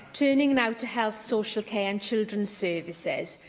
turning now to health, social care and children's services,